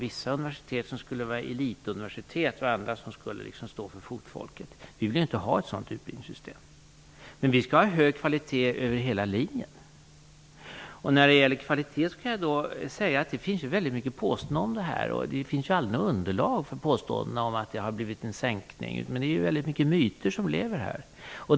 Vissa universitet skulle vara elituniversitet och andra skulle så att säga stå för fotfolket. Vi vill inte ha ett sådant utbildningssystem. Vi skall ha hög kvalitet över hela linjen. Det finns väldigt mycket påståenden omkring detta med kvalitet, men det finns aldrig något underlag för påståendet att det skulle ha skett en sänkning. Det finns väldigt många myter.